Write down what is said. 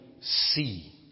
see